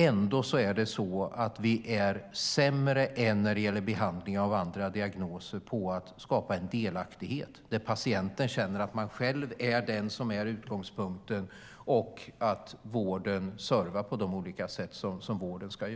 Ändå är vi sämre än när det gäller behandling av andra diagnoser på att skapa en delaktighet där patienten känner att han eller hon själv är utgångspunkten och att vården servar på de olika sätt som vården ska.